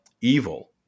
evil